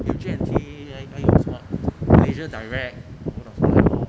有 J&T like like 还有什么 malaysia direct 懂不懂 stay at home